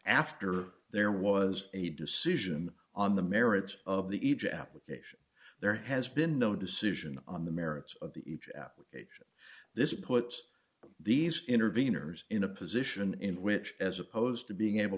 after there was a decision on the merits of the ija application there has been no decision on the merits of the each application this puts these interveners in a position in which as opposed to being able